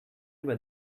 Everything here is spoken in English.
where